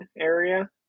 area